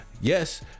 yes